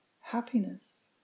happiness